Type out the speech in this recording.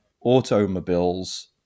Automobiles